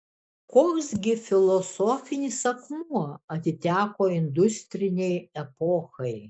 koks gi filosofinis akmuo atiteko industrinei epochai